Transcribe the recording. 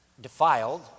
defiled